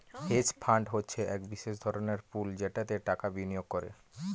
hedge fund হচ্ছে এক বিশেষ ধরনের পুল যেটাতে টাকা বিনিয়োগ করে